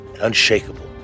unshakable